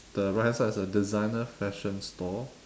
the right hand side's a designer fashion store